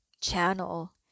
channel